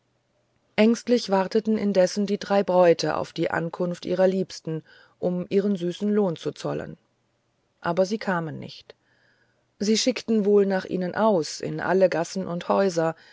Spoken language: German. ängstlich warteten indessen die drei bräute auf die ankunft ihrer liebsten um ihnen süßen lohn zu zollen aber sie kamen nicht sie schickten wohl nach ihnen aus in alle gassen und häuser